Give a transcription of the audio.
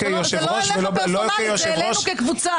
זה לא עליך פרסונלית, זה עלינו כקבוצה.